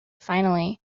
finally